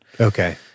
Okay